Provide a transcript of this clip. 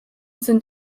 sind